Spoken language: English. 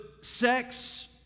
sex